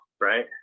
right